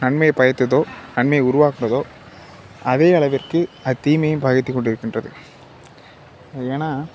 நன்மையை பயக்குதோ நன்மையை உருவாக்குதோ அதே அளவிற்கு அது தீமையும் பயத்து கொண்டு இருக்கின்றது ஏன்னா